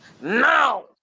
Now